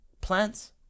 plants